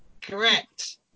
Correct